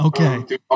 Okay